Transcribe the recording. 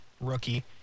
rookie